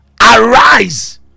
Arise